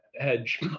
hedge